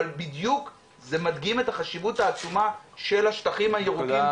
אבל בדיוק זה מדגים את החשיבות העצומה של השטחים הירוקים,